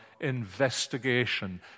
investigation